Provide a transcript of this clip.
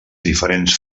diferents